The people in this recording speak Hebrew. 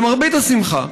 למרבה השמחה,